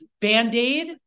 Band-aid